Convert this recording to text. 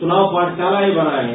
चुनाव पाठशाला भी बनाये हैं